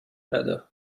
better